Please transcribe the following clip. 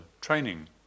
training